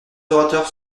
orateurs